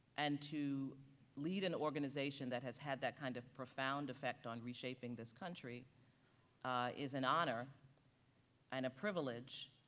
and to lead an organization that has had that kind of profound effect on reshaping this country is an honor and a privilege,